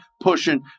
pushing